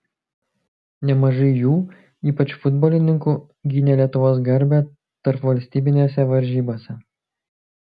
nemažai jų ypač futbolininkų gynė lietuvos garbę tarpvalstybinėse varžybose